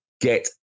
get